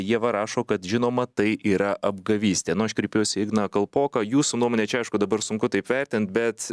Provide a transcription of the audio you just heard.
ieva rašo kad žinoma tai yra apgavystė nu aš kreipiuosi į igną kalpoką jūsų nuomone čia aišku dabar sunku taip vertint bet